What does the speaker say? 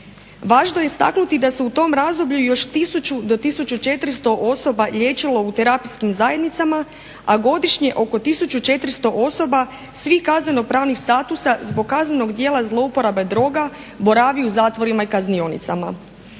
Važno je istaknuti da su u tom razdoblju još tisuću do tisuću 400 osoba liječilo u terapijskim zajednicama, a godišnje oko tisuću 400 osoba svih kaznenopravnih statusa zbog kaznenog djela zlouporabe droga, boravi u zatvorima i kaznionicama.